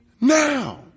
now